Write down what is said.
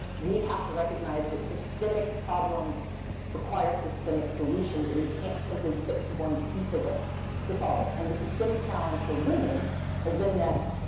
we have to recognize that systemic problems require systemic solutions. that and you can't simply fix one piece of it to solve it. and the systemic challenge for women has been that,